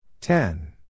Ten